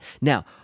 Now